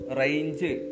range